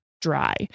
dry